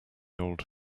old